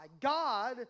God